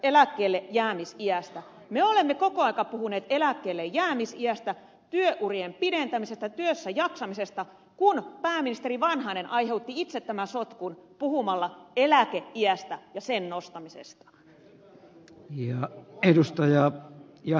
me olemme koko ajan puhuneet eläkkeellejäämisiästä työurien pidentämisestä työssäjaksamisesta kun pääministeri vanhanen aiheutti itse tämän sotkun puhumalla eläkeiästä ja sen nostamisesta